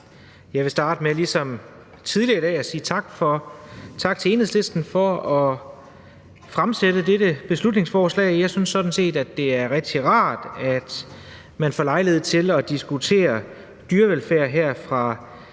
i dag – at sige tak til Enhedslisten for at fremsætte dette beslutningsforslag. Jeg synes sådan set, at det er rigtig rart, at man får lejlighed til at diskutere dyrevelfærd her fra